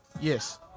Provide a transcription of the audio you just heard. Yes